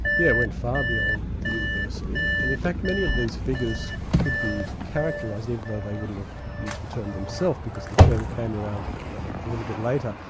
yeah went far beyond the university. and in fact many of these figures could be characterised, even though they wouldn't have used the term themselves, because the term came around a little bit later,